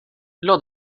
lors